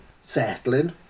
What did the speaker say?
settling